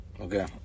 Okay